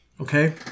Okay